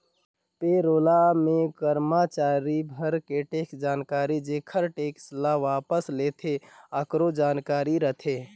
पे role मे करमाचारी भर के टेक्स जानकारी जेहर टेक्स ल वापस लेथे आकरो जानकारी रथे